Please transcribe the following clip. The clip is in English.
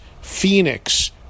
Phoenix